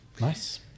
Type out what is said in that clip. nice